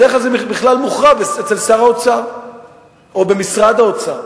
בדרך כלל זה בכלל מוכרע אצל שר האוצר או במשרד האוצר.